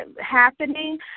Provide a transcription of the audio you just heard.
happening